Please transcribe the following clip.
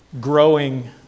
growing